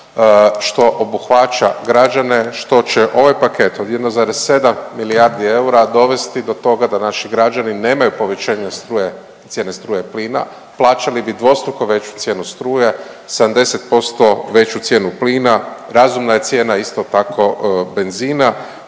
što obuhvaća građane što će ovaj paket od 1,7 milijardi eura dovesti do toga da naši građani nemaju povećanje cijene struje, plina plaćali bi dvostruko veću cijenu struje 70% veću plina, razumna je cijena isto tako benzina.